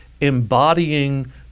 embodying